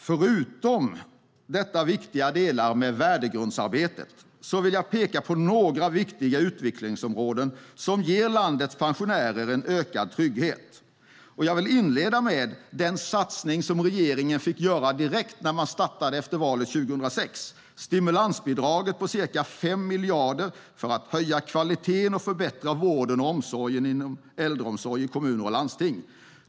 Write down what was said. Förutom detta värdegrundsarbete vill jag peka på några viktiga utvecklingsområden som ger landets pensionärer en ökad trygghet. Jag vill inleda med den satsning som regeringen fick göra direkt efter valet 2006. Det handlar om stimulansbidraget på ca 5 miljarder för att höja kvaliteten och förbättra vården och omsorgen om äldre i kommuner och landsting.